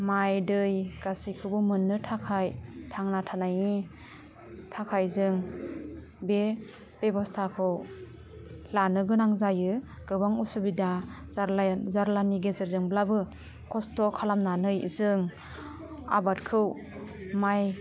माइ दै गासैखौबो मोन्नो थाखाइ थांना थानायनि थाखाइ जों बे बेबस्टाखौ लानो गोनां जायो गोबां असुबिदा जारला जारलानि गेजेरजोंब्लाबो खस्ट' खालामनानै जों आबादखौ माइ